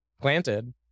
planted